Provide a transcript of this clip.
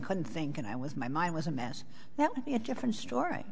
couldn't think and i was my mind was a mess that would be a different story